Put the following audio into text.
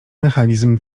mechanizm